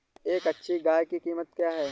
एक अच्छी गाय की कीमत क्या है?